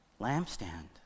lampstand